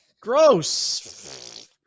Gross